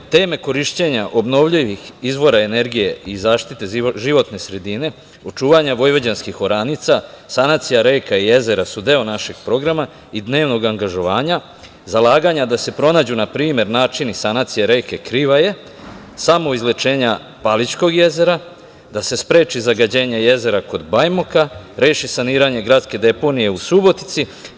Teme korišćenja obnovljivih izvora energije i zaštite životne sredine, od čuvanja vojvođanskih oranica, sanacija reka i jezera su deo našeg programa i dnevnog angažovanja, zalaganja da se pronađu na primer načini sanacije reke Krivaje, samoizlečenja Palićkog jezera, da se spreči zagađenje jezera kod Bajmoka, reši saniranje gradske deponije u Subotici.